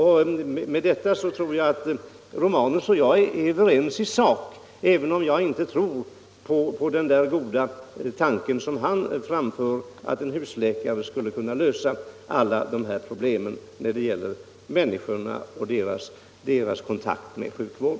Herr Romanus och jag är nog överens i sak, även om jag inte tror på den där ”goda tanken” som han framför — att ett husläkarsystem skulle kunna lösa alla dessa problem när det gäller människorna och deras kontakt med sjukvården.